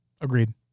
Agreed